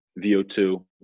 VO2